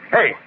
Hey